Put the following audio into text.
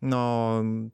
na o